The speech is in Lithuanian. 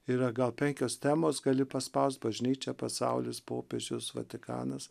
yra gal penkios temos gali paspaust bažnyčia pasaulis popiežius vatikanas